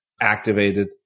activated